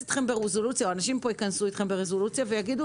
אנשים פה ייכנסו אתכם ברזולוציה ויגידו